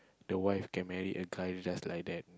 the wife can marry a guy with just like that